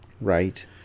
Right